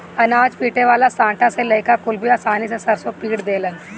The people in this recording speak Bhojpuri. अनाज पीटे वाला सांटा से लईका कुल भी आसानी से सरसों पीट देलन